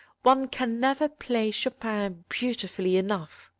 one can never play chopin beautifully enough.